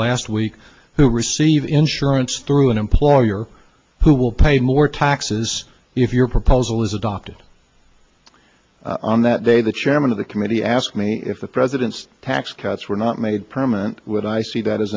last week who receive insurance through an employer who will pay more taxes if your proposal is adopted on that day the chairman of the committee asked me if the president's tax cuts were not made permanent when i see that